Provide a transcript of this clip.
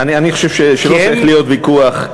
אני חושב שלא צריך להיות ויכוח,